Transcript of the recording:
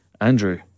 Andrew